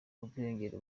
ubwiyongere